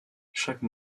chaque